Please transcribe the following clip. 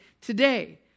today